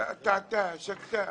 טעתה, שתקה,